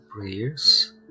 prayers